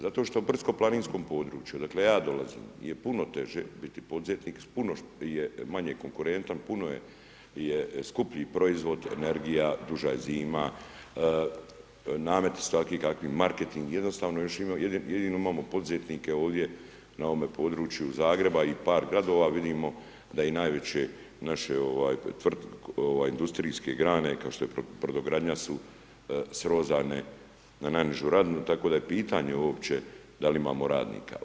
Zato što brdsko-planinskom području, odakle ja dolazim, je puno teže biti poduzetnik, s puno je manje konkurentan, puno je skuplji proizvod, energija, duža je zima, namet takvi kakvi je, marketing, jednostavno, još imamo poduzetnike ovdje na ovome području Zagreba i par gradova vidimo, da i najveće naše ovaj, industrijske grane kao što je brodogradnja, su srozane na najnižu razinu, tako da je pitanje uopće da li imamo radnika?